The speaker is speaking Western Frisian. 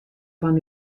fan